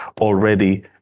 already